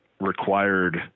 required